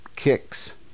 Kicks